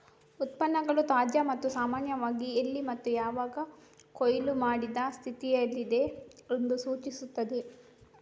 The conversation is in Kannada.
ಉತ್ಪನ್ನಗಳು ತಾಜಾ ಮತ್ತು ಸಾಮಾನ್ಯವಾಗಿ ಎಲ್ಲಿ ಮತ್ತು ಯಾವಾಗ ಕೊಯ್ಲು ಮಾಡಿದ ಸ್ಥಿತಿಯಲ್ಲಿದೆ ಎಂದು ಸೂಚಿಸುತ್ತದೆ